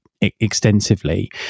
Extensively